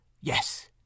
yes